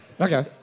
Okay